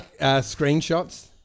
screenshots